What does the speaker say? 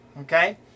okay